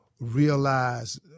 realize